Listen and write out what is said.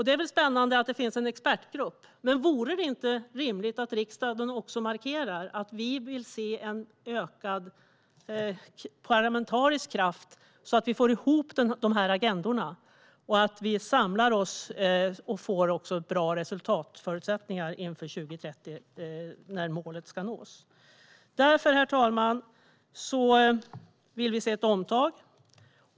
Det är väl spännande att det finns en expertgrupp, men vore det inte rimligt om riksdagen markerar att vi vill se en ökad parlamentarisk kraft så att vi kan få ihop agendorna och samla oss så att vi får bra resultatförutsättningar inför 2030, då målet ska nås? Därför, herr talman, vill vi se ett omtag.